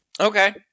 Okay